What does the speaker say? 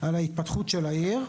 על ההתפתחות של העיר.